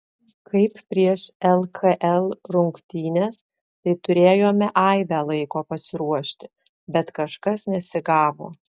kaip prieš lkl rungtynes tai turėjome aibę laiko pasiruošti bet kažkas nesigavo